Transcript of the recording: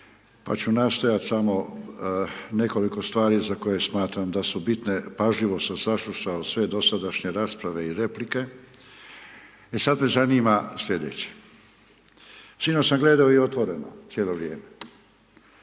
pa ću nastojati samo nekoliko stvari za koje smatram da su bitne. Pažljivo sam saslušao sve dosadašnje rasprave i replike, e sad me zanima sljedeće. Sinoć sam gledao i Otvoreno, cijelo vrijeme.